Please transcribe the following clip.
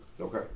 okay